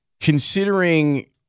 Considering